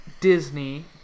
disney